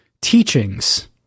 teachings